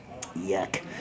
Yuck